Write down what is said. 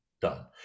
done